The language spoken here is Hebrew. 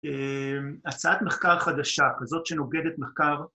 ‫הצעת מחקר חדשה כזאת ‫שנוגדת מחקר...